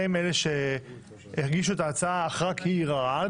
שהם אלה שהגישו את ההצעה אך רק היא ערערה על